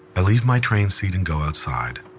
i leave my train seat and go outside.